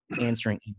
answering